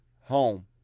home